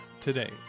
today